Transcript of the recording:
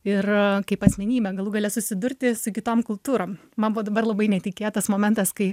ir kaip asmenybę galų gale susidurti su kitom kultūrom man buvo dabar labai netikėtas momentas kai